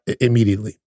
immediately